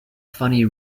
funny